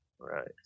right